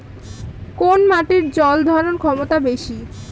কোন মাটির জল ধারণ ক্ষমতা বেশি?